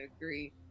agree